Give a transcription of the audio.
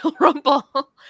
Rumble